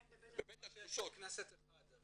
יש בית כנסת אחד.